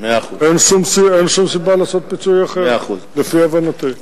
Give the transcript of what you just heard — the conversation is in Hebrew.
אין שום סיבה לעשות פיצוי אחר, לפי הבנתי.